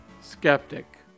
skeptic